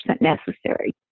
necessary